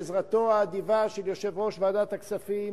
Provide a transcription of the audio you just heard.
בעזרתו האדיבה של יושב-ראש ועדת הכספים,